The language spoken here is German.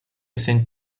sind